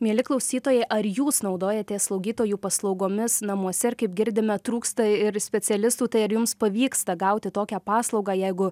mieli klausytojai ar jūs naudojatės slaugytojų paslaugomis namuose ir kaip girdime trūksta ir specialistų tai ar jums pavyksta gauti tokią paslaugą jeigu